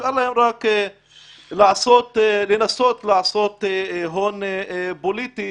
נשאר להם רק לנסות לעשות הון פוליטי